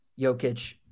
Jokic